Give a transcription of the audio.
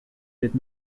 did